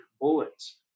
bullets